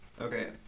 Okay